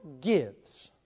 gives